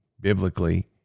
biblically